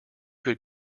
could